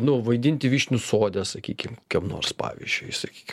nu vaidinti vyšnių sode sakykim kokiam nors pavyzdžiui sakykim